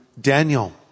Daniel